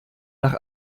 nach